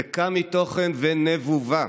ריקה מתוכן ונבובה,